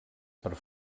per